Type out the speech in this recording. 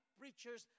preachers